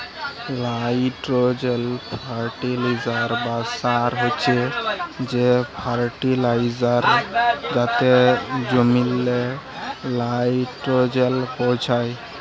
nitrogen fertiliser বা সার হছে সে ফার্টিলাইজার যাতে জমিল্লে লাইট্রোজেল পৌঁছায়